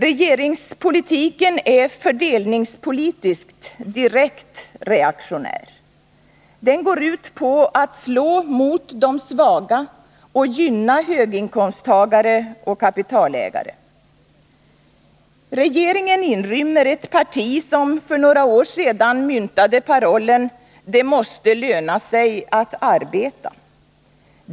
Regeringspolitiken är fördelningspolitiskt direkt reaktionär. Den går ut på att slå mot de svaga och gynna höginkomsttagare och kapitalägare. Regeringen inrymmer ett parti som för några år sedan myntade parollen ”Det måste löna sig att arbeta”.